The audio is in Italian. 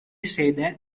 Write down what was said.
sede